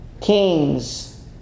Kings